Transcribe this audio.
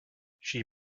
she